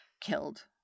killed